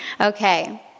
Okay